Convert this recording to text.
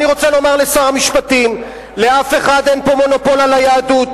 אני רוצה לומר לשר המשפטים: לאף אחד אין פה מונופול על היהדות,